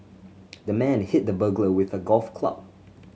the man hit the burglar with a golf club